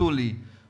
ביטלו לי,